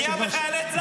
פגיעה בחיילי צה"ל.